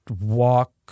walk